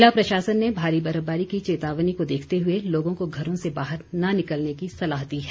जिला प्रशासन ने भारी बर्फबारी की चेतावनी को देखते हुए लोगों को घरों से बाहर न निकलने की सलाह दी है